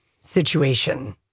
situation